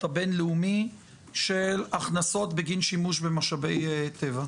הבין-לאומי של הכנסות בגין שימוש במשאבי טבע?